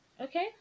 Okay